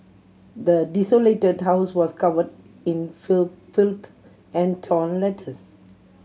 the desolated house was cover in filth and torn letters